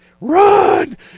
run